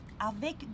Avec